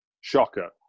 Shocker